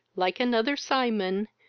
like another cymon,